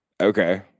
Okay